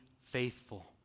faithful